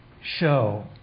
show